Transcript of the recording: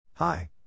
Hi